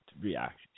react